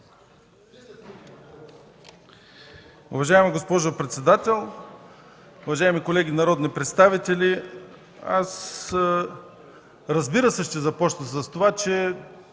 Уважаема госпожо председател, уважаеми колеги народни представители! Разбира се, ще започна с това, че